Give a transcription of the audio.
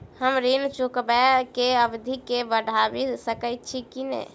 हम ऋण चुकाबै केँ अवधि केँ बढ़ाबी सकैत छी की?